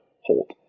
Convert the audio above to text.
hold